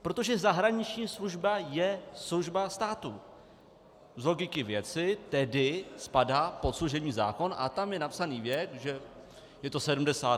Protože zahraniční služba je služba státu, z logiky věci tedy spadá pod služební zákon a tam je napsaný věk, že je to sedmdesát let.